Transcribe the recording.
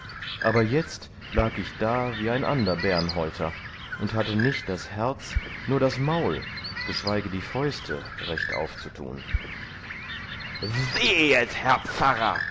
aber jetzt lag ich da wie ein ander bärnhäuter und hatte nicht das herz nur das maul geschweige die fäuste recht aufzutun sehet herr pfarrer